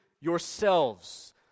yourselves